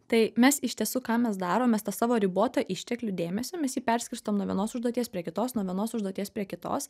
tai mes iš tiesų ką mes darom mes tą savo ribotą išteklių dėmesio mes jį perskirstom nuo vienos užduoties prie kitos nuo vienos užduoties prie kitos